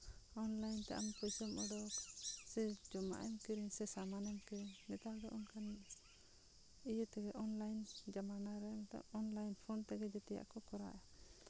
online ᱛᱮ ᱟᱢ ᱯᱚᱭᱥᱟ ᱩᱰᱩᱠ ᱡᱚᱢᱟᱜ ᱮᱢ ᱠᱤᱨᱤᱧ ᱥᱮ ᱥᱟᱢᱟᱱ ᱮᱢ ᱠᱤᱨᱤᱧ ᱱᱮᱛᱟᱨ ᱫᱚ ᱚᱱᱠᱟ ᱤᱭᱟᱹ ᱛᱮᱜᱮ ᱚᱱᱞᱟᱭᱤᱱ ᱡᱟᱢᱟᱱᱟ ᱨᱮ ᱱᱤᱛᱚᱜ ᱚᱱᱞᱟᱭᱤᱱ ᱯᱷᱳᱱ ᱛᱮᱜᱮ ᱡᱮᱛᱮᱭᱟᱜ ᱠᱚ ᱠᱚᱨᱟᱣᱮᱜᱼᱟ